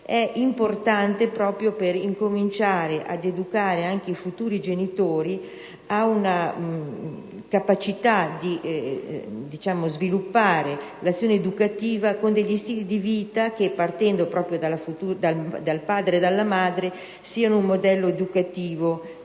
è importante per cominciare ad educare anche i futuri genitori ad una capacità di sviluppare l'azione educativa con stili di vita che, partendo dal padre e dalla madre, siano un modello educativo per